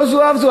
לא זו אף זו.